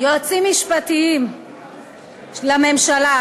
יועצים משפטיים לממשלה,